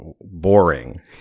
boring